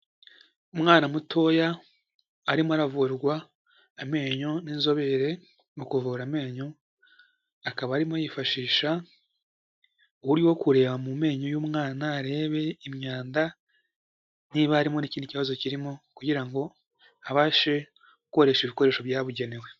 Umwana mutoya arimo aravurwa amenyo n'inzobere mu kuvura amenyo, akaba arimo yifashisha uriho kureba mu menyo y'umwana, arebe imyanda niba harimo n'ikindi kibazo kirimo kugira ngo abashe gukoresha ibikoresho byabugenewe.